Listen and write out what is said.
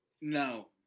No